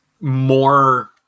more